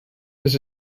this